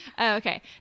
Okay